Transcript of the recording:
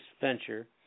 venture